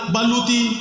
Baluti